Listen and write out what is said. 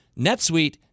NetSuite